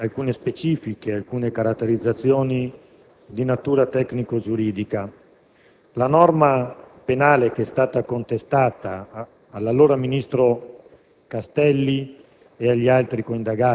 aggiungerò soltanto alcune specifiche ed alcune caratterizzazioni di natura tecnico-giuridica. La norma penale che è stata contestata all'allora ministro